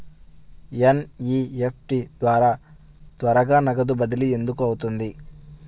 NEFT ద్వారా త్వరగా నగదు బదిలీ ఎందుకు అవుతుంది?